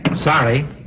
sorry